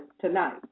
tonight